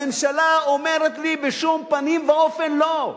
הממשלה אומרת לי: בשום פנים ואופן לא.